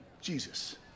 Jesus